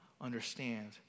understand